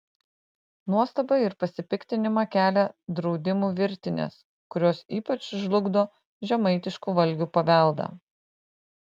nuostabą ir pasipiktinimą kelia draudimų virtinės kurios ypač žlugdo žemaitiškų valgių paveldą